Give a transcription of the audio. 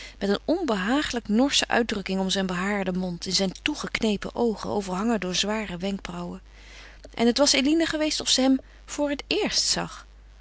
met een onbehaaglijk norsche uitdrukking om zijn behaarden mond in zijn toegeknepen oogen overhangen door zware wenkbrauwen en het was eline geweest of ze hem voor het eerst zag